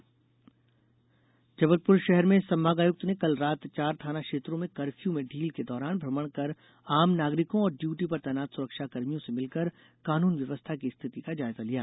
CAA विरोध जबलपुर शहर में संभागायुक्त ने कल रात चार थाना क्षेत्रों में कर्फ्यू में ढील के दौरान भ्रमण कर आम नागरिकों और ड्यूटी पर तैनात सुरक्षा कर्मियों से भिलकर कानून व्यवस्था की स्थिति का जायजा लिया